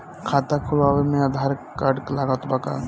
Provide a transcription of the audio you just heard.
खाता खुलावे म आधार कार्ड लागत बा का?